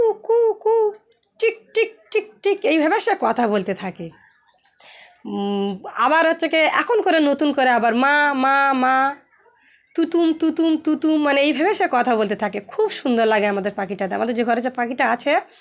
কু কু কু টিক টিক টিক টিক এইভাবে সে কথা বলতে থাকে আবার হচ্ছে গিয়ে এখন করে নতুন করে আবার মা মা মা তুতুম টুতুম তুতুম মানে এইভাবে সে কথা বলতে থাকে খুব সুন্দর লাগে আমাদের পাখিটাতে আমাদের যে ঘরে যে পাখিটা আছে